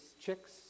chicks